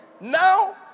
Now